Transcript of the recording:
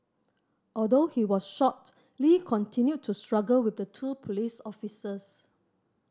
although he was shot Lee continued to struggle with the two police officers